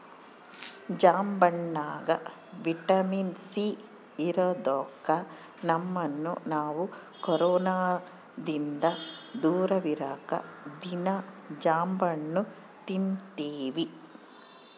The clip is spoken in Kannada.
ಜಾಂಬಣ್ಣಗ ವಿಟಮಿನ್ ಸಿ ಇರದೊಕ್ಕ ನಮ್ಮನ್ನು ನಾವು ಕೊರೊನದಿಂದ ದೂರವಿರಕ ದೀನಾ ಜಾಂಬಣ್ಣು ತಿನ್ತಿವಿ